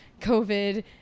covid